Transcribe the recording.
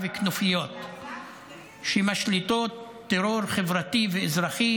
וכנופיות שמשליטות טרור חברתי ואזרחי